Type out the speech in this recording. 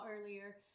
earlier